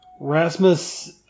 Rasmus